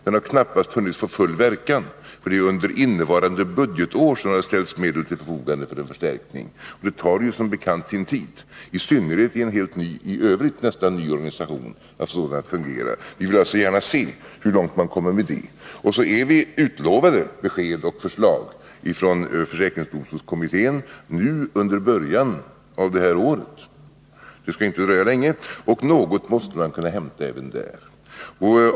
Den har knappast hunnit få full verkan, för det är under innevarande budgetår som det har ställts medel till förfogande för en förstärkning, och det tar ju som bekant sin tid — i synnerhet i en i övrigt nästan ny organisation — att få allt att fungera. Vi vill alltså gärna se hur långt man kommer med det. Så är vi lovade besked och förslag från försäkringsdomstolskommittén under början av detta år. Det skall inte dröja länge. Något måste man kunna hämta även där.